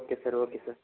okay sir okay sir